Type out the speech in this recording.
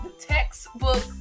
textbook